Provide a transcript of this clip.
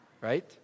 Right